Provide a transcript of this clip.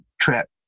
trip